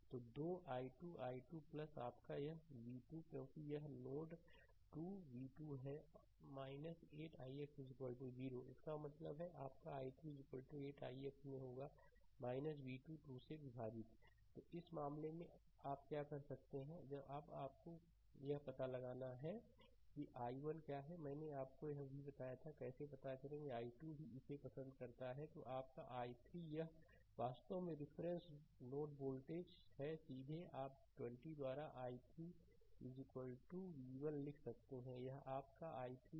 तो 2 i2 2 i2 आपका यह v2 क्योंकि यह नोड 2 v2 है 8 ix 0 इसका मतलब है आपका i2 8 ix में होगा v2 2 से विभाजित तो इस मामले में आप क्या कर सकते हैं अब आपको यह पता लगाना है कि i1 क्या है मैंने आपको यह भी बताया था कि कैसे पता करें i2 भी इसे पसंद करता है तो आपका i3 यह वास्तव में रिफरेंस नोड वोल्टेज है सीधे है आप 20 द्वारा i3 v1 लिख सकते हैं यह आपका i3 है